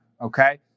okay